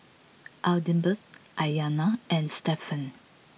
Adelbert Aiyana and Stephen